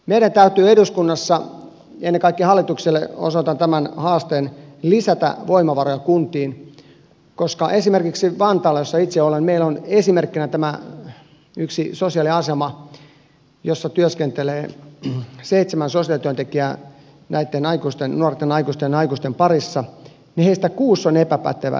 meidän täytyy eduskunnassa ennen kaikkea hallitukselle osoitan tämän haasteen lisätä voimavaroja kuntiin koska esimerkiksi vantaalla jossa itse olen meillä on esimerkkinä tämä yksi sosiaaliasema jossa työskentelee seitsemän sosiaalityöntekijää näiden nuorten aikuisten ja aikuisten parissa ja heistä kuusi on epäpätevää ja yksi on pätevä